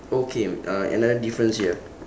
okay uh another difference here